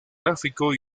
gráfico